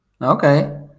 Okay